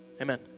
Amen